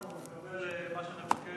הוא מקבל מה שנבקש,